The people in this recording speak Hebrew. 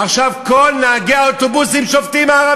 עכשיו כל נהגי האוטובוסים הערבים שובתים.